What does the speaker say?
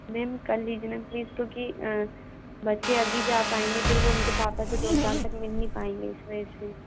ma'am कर लीजिए ना प्लीज क्योंकि बच्चे अभी जा पाएंगे फिर वो उनके पापा से दो साल तक मिल नहीं पाएंगे इस वजह से